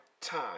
time